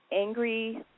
angry